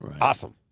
awesome